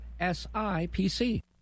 SIPC